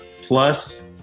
plus